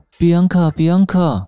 Bianca,Bianca